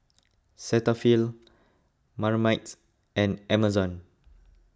Cetaphil Marmite and Amazon